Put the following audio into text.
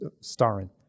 starring